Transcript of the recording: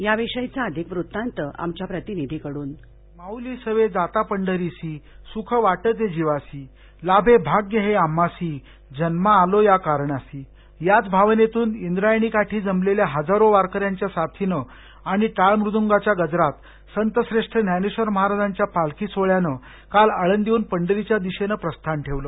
याविषयीचा अधिक वृत्तांत आमच्या प्रतिनिधीकडूनः माउली सवे जावे पंढरीसी सुख वाटे जीवासी लाभे हे भाग्य आम्हासी जन्मा आलो या कारणासी याच भावनेतून इंद्रायणी काठी जमलेल्या हजारो वारक यांच्या साथीनं आणि टाळ मुद्गांच्या गजरात संत श्रेष्ठ ज्ञानेश्वर महाराजांच्या पालखी सोहळयानं काल आळंदीच्या दिशेहन पंढरीकडे प्रस्थान ठेवलं